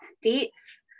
states